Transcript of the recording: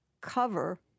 cover